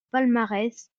palmarès